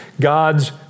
God's